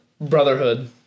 Brotherhood